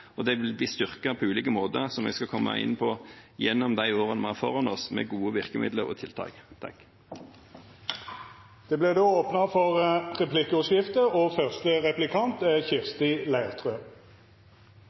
og dette vil bli styrket på ulike måter, som vi skal komme inn på i de årene vi har foran oss, med gode virkemidler og tiltak. Det vert replikkordskifte. 47 pst. av veinettet vårt består av fylkesveier. De fleste norske bedrifter og arbeidsplasser er